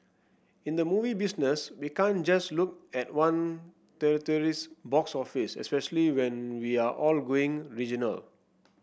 in the movie business we can't just look at one territory's box office especially when we are all going regional